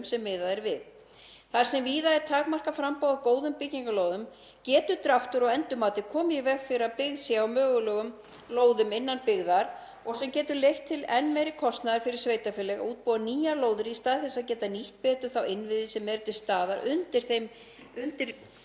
sem miðað er við. Þar sem víða er takmarkað framboð af góðum byggingarlóðum getur dráttur á endurmati komið í veg fyrir að byggt sé á mögulegum lóðum innan byggðar sem getur leitt til enn meiri kostnaðar fyrir sveitarfélögin við að útbúa nýjar lóðir í stað þess að geta nýtt betur þá innviði sem eru til staðar undir þegar